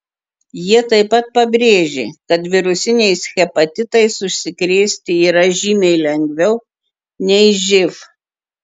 jie taip pat pabrėžė kad virusiniais hepatitais užsikrėsti yra žymiai lengviau nei živ